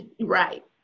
Right